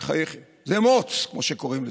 בחייכם, זה מוץ, כמו שקוראים לזה.